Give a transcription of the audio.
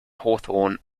hawthorne